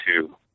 two